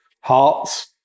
Hearts